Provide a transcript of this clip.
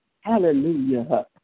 hallelujah